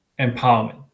empowerment